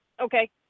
Okay